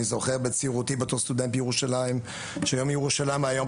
אני זוכר בצעירותי בתור סטודנט בירושלים שיום ירושלים היה יום